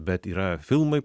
bet yra filmai